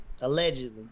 Allegedly